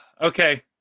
Okay